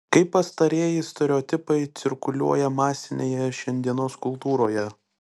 kaip pastarieji stereotipai cirkuliuoja masinėje šiandienos kultūroje